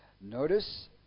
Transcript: Notice